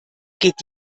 geht